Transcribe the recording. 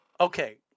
Okay